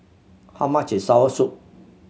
how much is soursop